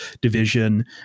division